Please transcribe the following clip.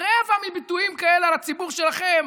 לומר רבע מביטויים כאלה על הציבור שלכם,